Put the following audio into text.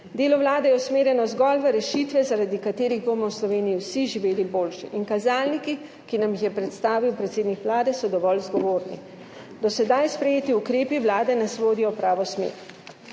delo Vlade je usmerjeno zgolj v rešitve, zaradi katerih bomo v Sloveniji vsi živeli boljše. In kazalniki, ki nam jih je predstavil predsednik Vlade, so dovolj zgovorni. Do sedaj sprejeti ukrepi Vlade nas vodijo v pravo smer.